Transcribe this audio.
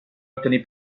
obtenir